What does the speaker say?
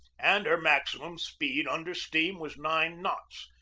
and her maximum speed under steam was nine knots,